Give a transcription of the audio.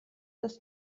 das